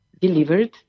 delivered